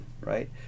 right